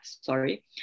sorry